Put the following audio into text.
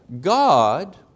God